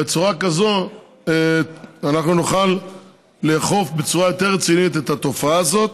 בצורה כזו אנחנו נוכל לאכוף בצורה יותר רצינית את התופעה הזאת.